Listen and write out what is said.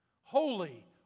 Holy